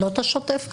לא את השוטף גם?